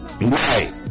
Right